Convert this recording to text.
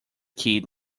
kid